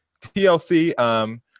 TLC